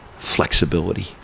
flexibility